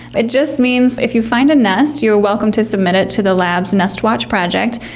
it just means if you find a nest you're welcome to submit it to the lab's nestwatch project,